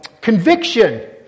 conviction